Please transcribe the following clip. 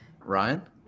Ryan